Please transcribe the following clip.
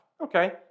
Okay